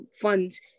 funds